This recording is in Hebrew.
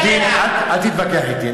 אל תתווכח אתי.